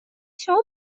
شما